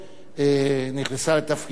נכנסה לתפקידה,